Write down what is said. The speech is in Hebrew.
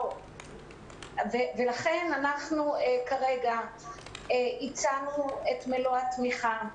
לכן אנחנו כרגע הצענו את מלוא התמיכה.